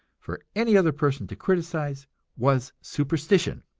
for any other person to criticize was superstition.